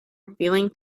revealing